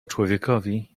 człowiekowi